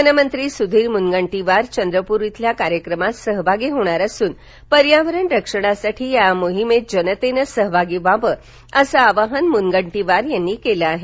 वनमंत्री सुधीर मुनगंटीवार चंद्रपूर इथल्या कार्यक्रमात सहभागी होणार असून पर्यावरण रक्षणासाठी या मोहिमेत जनतेनं सहभागी व्हावं असं आवाहन मुनगंटीवार यांनी केलं आहे